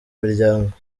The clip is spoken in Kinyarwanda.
miryango